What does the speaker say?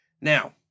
Now